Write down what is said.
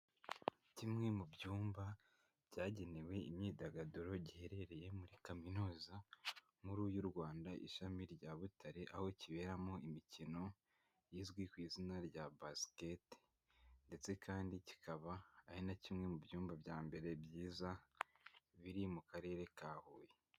Kimwe mu byumba byagenewe imyidagaduro giherereye muri Kaminuza Nkuru y'u Rwanda Ishami rya Butare, aho kiberamo imikino izwi ku izina rya basiketi, ndetse kandi kikaba ari na kimwe mu byumba bya mbere byiza biri mu Karere ka Huye.